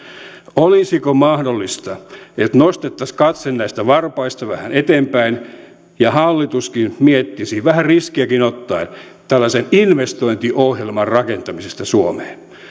olisiko mahdollista että nostettaisiin katse näistä varpaista vähän eteenpäin ja hallituskin miettisi vähän riskiäkin ottaen tällaisen investointiohjelman rakentamista suomeen